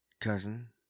Cousin